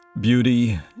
beauty